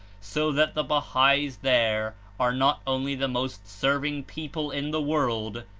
so that the bahais there are not only the most serving people in the world,